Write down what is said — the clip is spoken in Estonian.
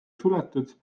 suletud